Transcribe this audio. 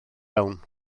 iawn